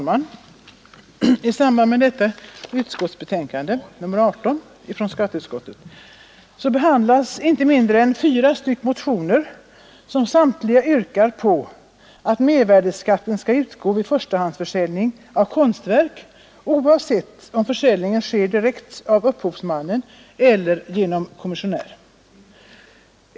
Herr talman! I skatteutskottets betänkande nr 18 behandlas inte mindre än fyra motioner, som samtliga yrkar att mervärdeskatten skall slopas vid förstagångsförsäljning av konstverk oavsett om de säljs direkt av upphovsmannen eller genom kommissionär.